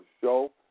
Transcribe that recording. show